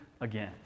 again